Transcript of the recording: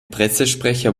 pressesprecher